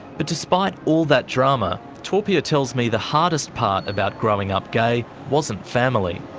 but despite all that drama, topia tells me the hardest part about growing up gay wasn't family,